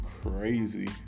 crazy